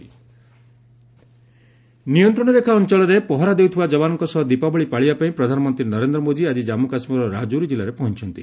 PM Diwali LOC ନିୟନ୍ତ୍ରଣ ରେଖା ଅଞ୍ଚଳରେ ପହରା ଦେଉଥିବା ଯବାନଙ୍କ ସହ ଦୀପାବଳି ପାଳିବାପାଇଁ ପ୍ରଧାନମନ୍ତ୍ରୀ ନରେନ୍ଦ୍ର ମୋଦି ଆଜି ଜମ୍ମୁ କାଶ୍ମୀରର ରାଜେରୀ ଜିଲ୍ଲାରେ ପହଞ୍ଚ୍ଚଛନ୍ତି